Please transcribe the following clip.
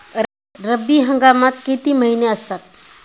रब्बी हंगामात किती महिने असतात?